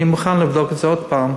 אני מוכן לבדוק את זה עוד הפעם,